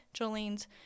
Jolene's